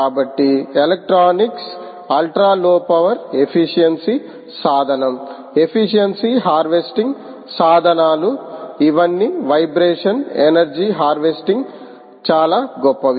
కాబట్టి electronics ultra low power efficiency సాధనం efficiency harvesting సాధనాలు ఇవన్నీ వైబ్రేషన్ ఎనర్జీ హార్వెస్టింగ్ చాలా గొప్పవి